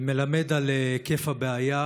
מלמד על היקף הבעיה,